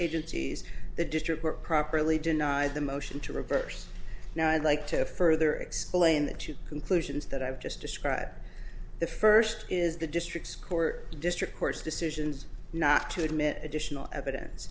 agencies the district were properly denied the motion to reverse now i'd like to further explain that to conclusions that i've just described the first is the district court district court's decisions not to admit additional evidence